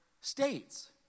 States